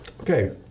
Okay